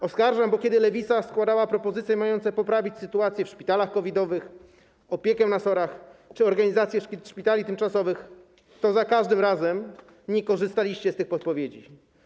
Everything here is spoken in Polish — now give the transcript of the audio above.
Oskarżam, bo kiedy Lewica składała propozycje mające poprawić sytuację w szpitalach COVID-owych, opiekę na SOR-ach czy organizację szpitali tymczasowych, to za żadnym razem nie skorzystaliście z tych podpowiedzi.